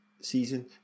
season